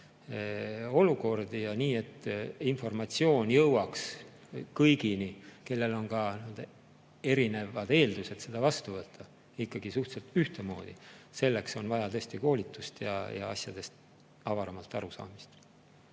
olukordi ja informatsioon jõuaks kõigini, kellel on ka erinevad eeldused seda vastu võtta, [antakse] ikkagi suhteliselt ühtemoodi. Selleks on vaja tõesti koolitust ja asjadest avaramalt arusaamist.